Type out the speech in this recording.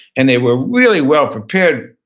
and they were really well-prepared,